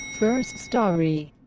first storey